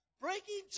Breaking